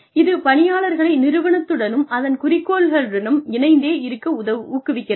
இது பணியாளர்களை நிறுவனத்துடனும் அதன் குறிக்கோள்களுடனும் இணைந்தே இருக்க ஊக்குவிக்கிறது